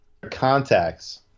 contacts